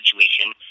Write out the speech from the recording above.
situation